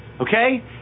Okay